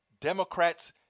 Democrats